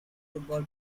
football